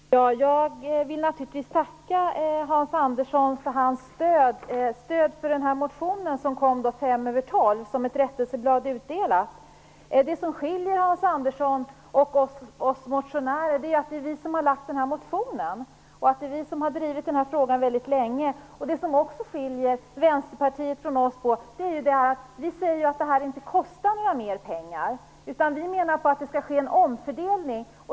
Herr talman! Jag vill naturligtvis tacka Hans Andersson för hans stöd för motionen, som kom fem över tolv som ett utdelat rättelseblad. Det som skiljer Hans Andersson och oss motionärer åt är att det är vi som har lagt fram motionen. Det är vi som har drivit denna fråga väldigt länge. Det som också skiljer Vänsterpartiet från oss är att vi säger att det inte skall kosta mer pengar. Vi menar att det skall ske en omfördelning.